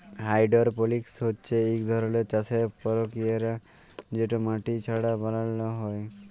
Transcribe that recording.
hydroponics হছে ইক ধরলের চাষের পরকিরিয়া যেট মাটি ছাড়া বালালো হ্যয়